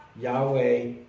Yahweh